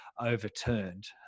overturned